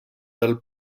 del